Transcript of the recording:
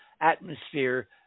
atmosphere